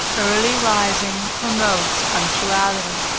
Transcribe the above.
early rising promotes punctuality.